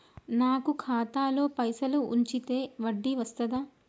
నాకు ఖాతాలో పైసలు ఉంచితే వడ్డీ వస్తదా?